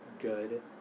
good